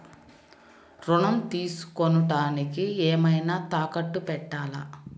ఋణం తీసుకొనుటానికి ఏమైనా తాకట్టు పెట్టాలా?